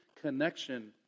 connection